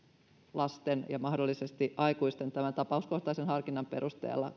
lasten ja mahdollisesti aikuisten kotiuttamiseksi tämän tapauskohtaisen harkinnan perusteella